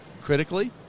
critically